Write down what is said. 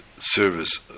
service